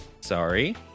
sorry